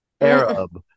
arab